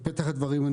בפתח הדברים,